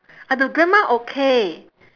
ah the grandma okay